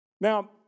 now